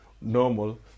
normal